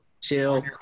chill